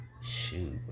Shoot